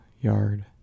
yard